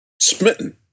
smitten